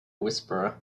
whisperer